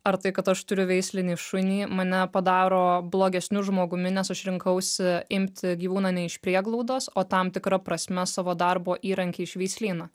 ar tai kad aš turiu veislinį šunį mane padaro blogesniu žmogumi nes aš rinkausi imti gyvūną ne iš prieglaudos o tam tikra prasme savo darbo įrankį iš veislyno